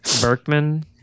Berkman